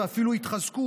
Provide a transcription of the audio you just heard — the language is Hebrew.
ואפילו יתחזקו,